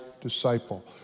disciple